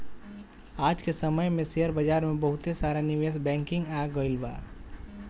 आज के समय में शेयर बाजार में बहुते सारा निवेश बैंकिंग आ गइल बा